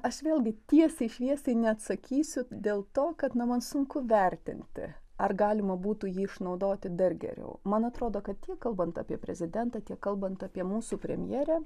aš vėlgi tiesiai šviesiai neatsakysiu dėl to kad na man sunku vertinti ar galima būtų jį išnaudoti dar geriau man atrodo kad teik kalbant apie prezidentą tiek kalbant apie mūsų premjerę